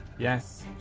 Yes